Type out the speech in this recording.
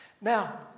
Now